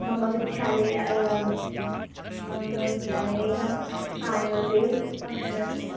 मम विद्यालये मम विद्यालयेहम् आनिवल् डे फ़क्शन् अस्ति